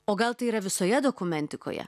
o gal tai yra visoje dokumentikoje